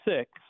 six